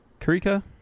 Karika